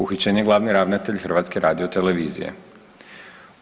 Uhićen je glavni ravnatelj HRT-a.